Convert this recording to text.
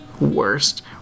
worst